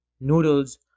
noodles